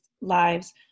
lives